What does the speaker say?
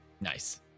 nice